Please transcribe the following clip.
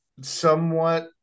somewhat